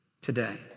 today